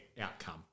outcome